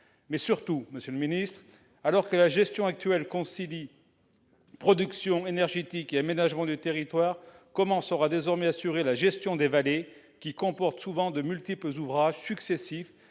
Mais surtout, monsieur le ministre d'État, alors que la gestion actuelle concilie production énergétique et aménagement du territoire, comment sera désormais assurée la gestion des vallées, qui comportent souvent de multiples ouvrages successifs,